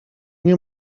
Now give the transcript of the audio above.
nie